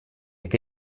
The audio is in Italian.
che